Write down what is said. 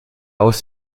aus